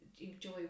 enjoy